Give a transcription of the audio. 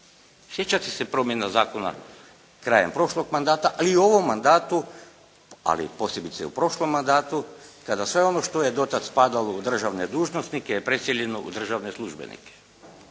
Sjećate se promjene zakona krajem prošlog mandata, a i u ovom mandatu, ali posebice u prošlom mandatu kada sve ono što je do tada spadalo u državne dužnosnike je preseljeno u državne službenike.